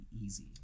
easy